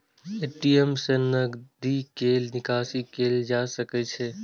ATM सं नकदी के निकासी कैल जा सकै छै